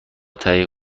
تهیه